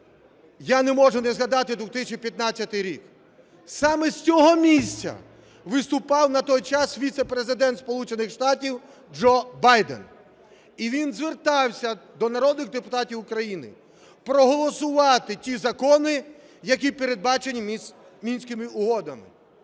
я не можу не згадати 2015 рік, саме з цього місця виступав на той час віцепрезидент Сполучених Штатів Джо Байден. І він звертався до народних депутатів України проголосувати ті закони, які передбачені Мінськими угодами.